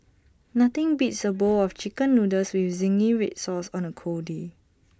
nothing beats A bowl of Chicken Noodles with Zingy Red Sauce on A cold day